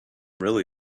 really